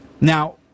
Now